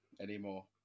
anymore